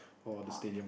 at the park